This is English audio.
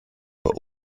but